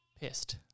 pissed